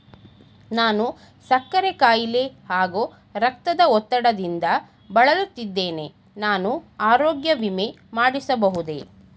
ನಾನು ಸಕ್ಕರೆ ಖಾಯಿಲೆ ಹಾಗೂ ರಕ್ತದ ಒತ್ತಡದಿಂದ ಬಳಲುತ್ತಿದ್ದೇನೆ ನಾನು ಆರೋಗ್ಯ ವಿಮೆ ಮಾಡಿಸಬಹುದೇ?